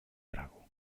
trago